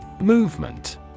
Movement